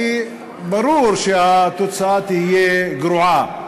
כי ברור שהתוצאה תהיה גרועה.